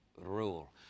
rule